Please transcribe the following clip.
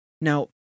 Now